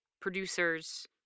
producers